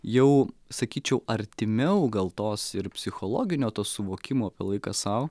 jau sakyčiau artimiau gal tos ir psichologinio to suvokimo apie laiką sau